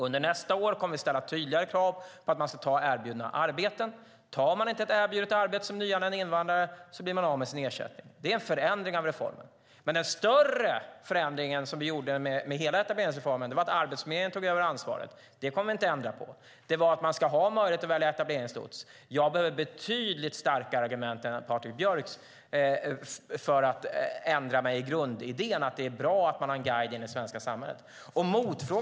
Under nästa år kommer vi att ställa tydligare krav på att ta erbjudna arbeten. Tar man inte ett erbjudet arbete som nyanländ invandrare blir man av med sin ersättning. Det är en förändring av reformen. Vi har gjort en större förändring av hela etableringsreformen, nämligen att Arbetsförmedlingen tog över ansvaret - det kommer vi inte att ändra på - och att man ska ha möjlighet att välja etableringslots. Jag behöver betydligt stakare argument än Patrik Björcks för att ändra mig i grundidén att det är bra att ha en guide in i det svenska samhället.